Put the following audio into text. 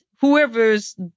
whoever's